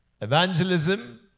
evangelism